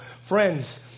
Friends